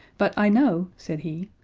but i know, said he,